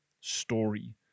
story